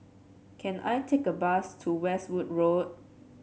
can I take a bus to Westwood Road